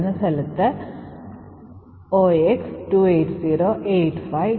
ഇത് വെറും യഥാർത്ഥത്തിൽ ആക്രമണം തടയാൻ പര്യാപ്തമായ ഒരൊറ്റ ബിറ്റ് ആണ്